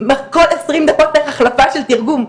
עשרים דקות צריך החלפה של תרגום.